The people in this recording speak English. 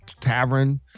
tavern